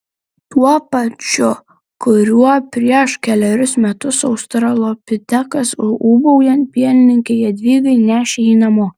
tuo pačiu kuriuo prieš kelerius metus australopitekas ūbaujant pienininkei jadvygai nešė jį namo